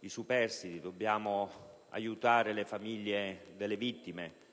i superstiti, aiutare le famiglie delle vittime,